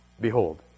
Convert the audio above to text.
Behold